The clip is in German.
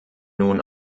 nun